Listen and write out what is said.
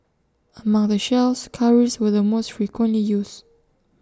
among the shells cowries were the most frequently used